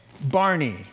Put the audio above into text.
Barney